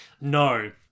no